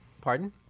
Pardon